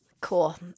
Cool